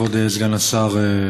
כבוד סגן השר,